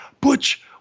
Butch